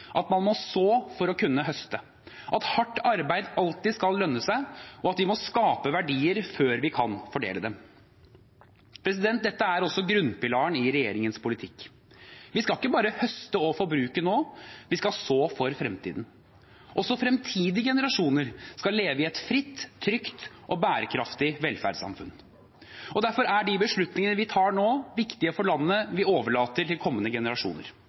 at man må så for å kunne høste, at hardt arbeid alltid skal lønne seg, og at vi må skape verdier før vi kan fordele dem. Dette er også grunnpilaren i regjeringens politikk. Vi skal ikke bare høste og forbruke nå; vi skal så for fremtiden. Også fremtidige generasjoner skal leve i et fritt, trygt og bærekraftig velferdssamfunn. Derfor er de beslutningene vi tar nå, viktige for landet vi overlater til kommende generasjoner.